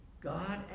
God